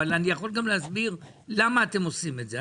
אבל אני יכול גם להסביר למה אתם עושים את זה.